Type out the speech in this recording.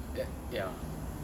uh ya